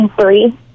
Three